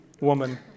woman